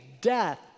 death